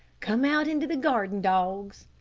come out into the garden, dogs.